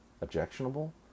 objectionable